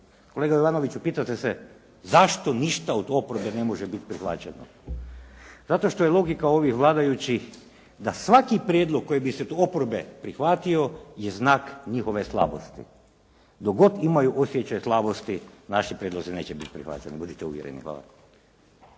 Kolega Jovanoviću, pitate se zašto ništa od oporbe ne može biti prihvaćeno. Zato što je logika ovih vladajućih da svaki prijedlog koji bi se od oporbe prihvatio je znak njihove slabosti. Dok god imaju osjećaj slabosti, naši prijedlozi neće biti prihvaćeni, budite uvjereni. Hvala.